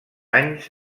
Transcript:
anys